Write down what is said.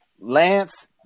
Lance